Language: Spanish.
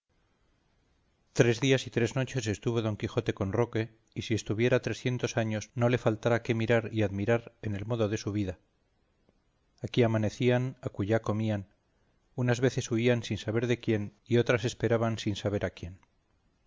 tres días y tres noches estuvo don quijote con roque y si estuviera trecientos años no le faltara qué mirar y admirar en el modo de su vida aquí amanecían acullá comían unas veces huían sin saber de quién y otras esperaban sin saber a quién